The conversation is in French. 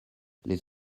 les